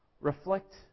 reflect